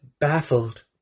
baffled